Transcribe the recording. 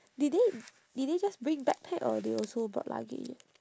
did they did they just bring backpack or they also brought luggage